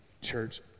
church